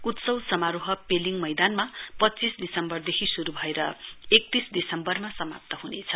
उत्सव समारोह पेलिङ मैदानमा पच्चीस दिसम्वरदेखि श्रु भएर एक्तीस दिसम्वरमा समाप्त हुनेछ